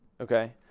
Okay